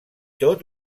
tot